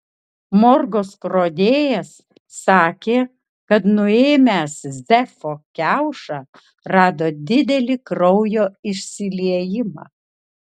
morgo skrodėjas sakė kad nuėmęs zefo kiaušą rado didelį kraujo išsiliejimą